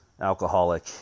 alcoholic